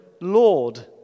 Lord